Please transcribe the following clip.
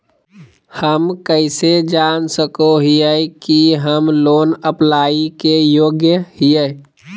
हम कइसे जान सको हियै कि हम लोन अप्लाई के योग्य हियै?